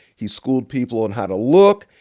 he schooled people on how to look.